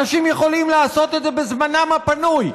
אנשים יכולים לעשות את זה בזמנם הפנוי.